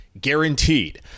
guaranteed